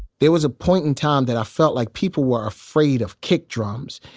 there was a point in time that i felt like people were afraid of kick drums.